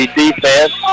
defense